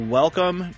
welcome